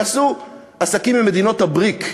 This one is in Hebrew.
תעשו עסקים עם מדינות ה-BRIC: